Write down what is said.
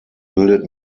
bildet